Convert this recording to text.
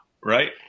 right